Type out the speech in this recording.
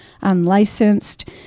unlicensed